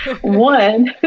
one